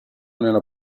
nella